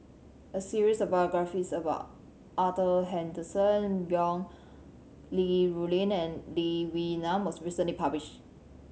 a series of biographies about Arthur Henderson Young Li Rulin and Lee Wee Nam was recently published